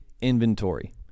inventory